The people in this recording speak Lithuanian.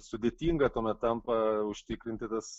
sudėtinga tuomet tampa užtikrinti tas